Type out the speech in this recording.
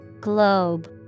Globe